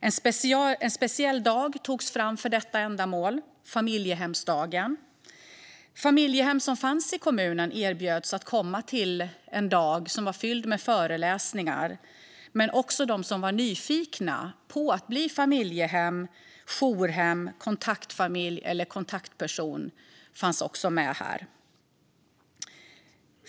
En speciell dag togs fram för detta ändamål: Familjehemsdagen. Familjehem som fanns i kommunen erbjöds att komma till denna dag, som var fylld av föreläsningar. Men också de som var nyfikna på att bli familjehem, jourhem, kontaktfamilj eller kontaktperson fanns med.